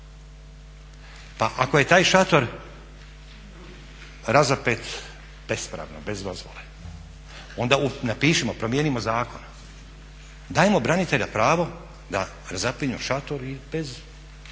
Pa ako je taj šator razapet bespravno, bez dozvole onda napišimo, promijenimo zakon. Dajmo braniteljima pravo da razapinju šator i bez